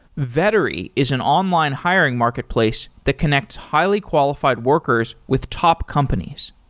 vettery is an online hiring marketplace to connects highly-qualified workers with top companies.